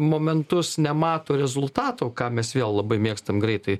momentus nemato rezultato ką mes vėl labai mėgstam greitai